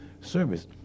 service